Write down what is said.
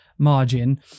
margin